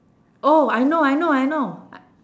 oh I know I know I know